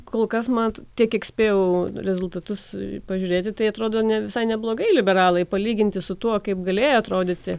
kol kas man tiek kiek spėjau rezultatus pažiūrėti tai atrodo ne visai neblogai liberalai palyginti su tuo kaip galėjo atrodyti